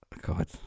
god